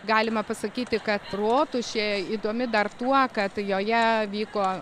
galima pasakyti kad rotušė įdomi dar tuo kad joje vyko